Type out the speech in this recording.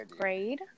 grade